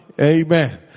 amen